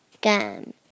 gum